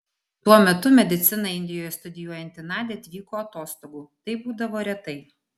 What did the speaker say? tuo metu mediciną indijoje studijuojanti nadia atvyko atostogų tai būdavo retai